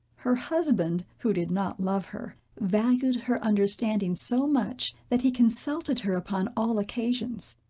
her husband, who did not love her, valued her understanding so much, that he consulted her upon all occasions.